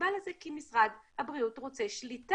הסיבה לזה היא כי משרד הבריאות רוצה שליטה.